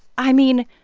i mean,